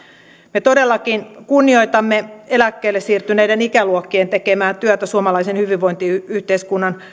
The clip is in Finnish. me todellakin kunnioitamme eläkkeelle siirtyneiden ikäluokkien tekemää työtä suomalaisen hyvinvointiyhteiskunnan